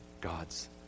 God's